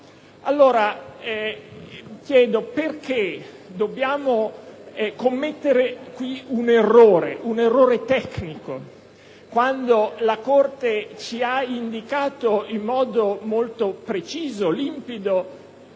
allora perché dobbiamo commettere qui un errore tecnico quando la Corte ci ha indicato in modo molto preciso e limpido